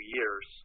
years